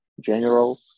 general